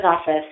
office